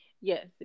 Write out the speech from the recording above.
Yes